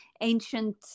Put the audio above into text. ancient